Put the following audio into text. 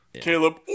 Caleb